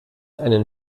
einen